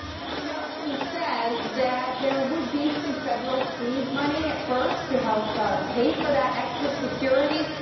yeah nelson says that there would be some federal feed money at first to help pay for that extra security.